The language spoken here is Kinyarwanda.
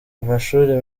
amashuri